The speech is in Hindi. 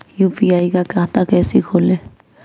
यू.पी.आई का खाता कैसे खोलें?